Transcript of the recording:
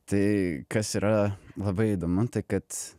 tai kas yra labai įdomu tai kad